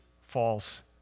false